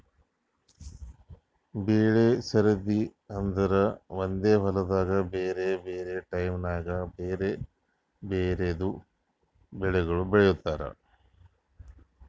ಬೆಳೆ ಸರದಿ ಅಂದುರ್ ಒಂದೆ ಹೊಲ್ದಾಗ್ ಬ್ಯಾರೆ ಬ್ಯಾರೆ ಟೈಮ್ ನ್ಯಾಗ್ ಬ್ಯಾರೆ ಬ್ಯಾರೆ ರಿತಿದು ಬೆಳಿಗೊಳ್ ಬೆಳೀತಾರ್